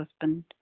husband